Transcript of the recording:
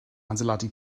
adeiladu